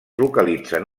localitzen